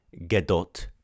Gadot